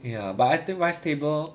ya but I think rice table